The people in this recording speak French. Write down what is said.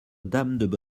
bonne